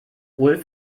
ulf